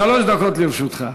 שלוש דקות לרשותך.